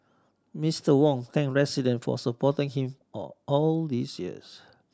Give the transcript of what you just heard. Mister Wong thanked resident for supporting him all all these years